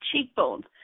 cheekbones